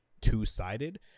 two-sided